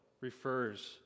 refers